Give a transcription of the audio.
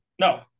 No